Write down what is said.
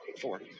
four